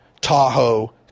Tahoe